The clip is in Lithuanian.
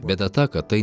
bėda ta kad tai